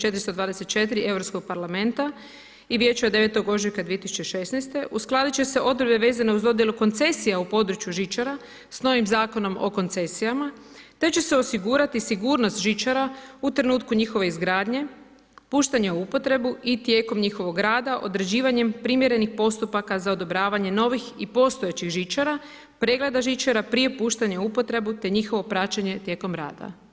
424 europskog parlamenta i vijeća od 9. ožujka 2016. uskladit će se odredbe vezane uz dodjelu koncesija u području žičara s novim zakonom o koncesijama te će se osigurati sigurnost žičara u trenutku njihove izgradnje, puštanja u upotrebu i tijekom njihovog rada određivanjem primjerenih postupaka za odobravanje novih i postojećih žičara, pregleda žičara prije puštanja u upotrebu te njihovo praćenje tijekom rada.